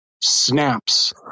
snaps